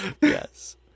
Yes